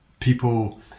People